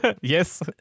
yes